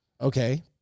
okay